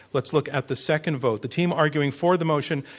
let's look at the second vote. the team arguing for the motion,